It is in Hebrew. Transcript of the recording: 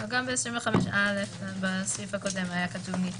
גם ב-25א בסעיף הקודם היה כתוב: ניתן,